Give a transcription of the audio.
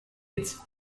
its